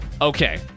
Okay